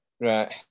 Right